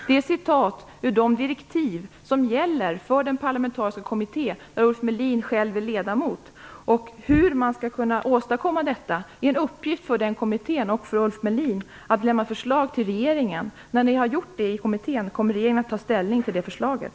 Det är ett citat ur de direktiv som gäller för den parlamentariska kommitté där Ulf Melin själv är ledamot. Det är en uppgift för den kommittén och för Ulf Melin att lämna förslag om till regeringen om hur man skall kunna åstadkomma detta. När kommittén har gjort det kommer regeringen att ta ställning till förslaget.